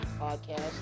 podcast